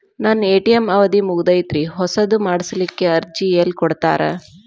ನನ್ನ ಎ.ಟಿ.ಎಂ ಅವಧಿ ಮುಗದೈತ್ರಿ ಹೊಸದು ಮಾಡಸಲಿಕ್ಕೆ ಅರ್ಜಿ ಎಲ್ಲ ಕೊಡತಾರ?